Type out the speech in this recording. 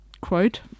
quote